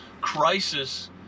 Crisis